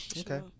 Okay